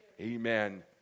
amen